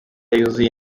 yuzuye